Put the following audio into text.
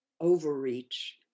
overreach